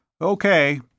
Okay